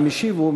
המשיב הוא,